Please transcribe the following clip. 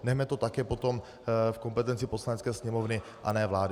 Nechme to také potom v kompetenci Poslanecké sněmovny, a ne vlády.